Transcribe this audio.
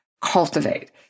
cultivate